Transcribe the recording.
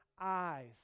eyes